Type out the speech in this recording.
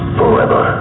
forever